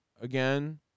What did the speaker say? again